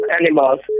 animals